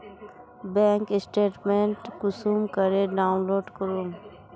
Bank statement कुंसम करे download करूम?